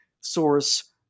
source